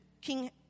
King